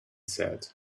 said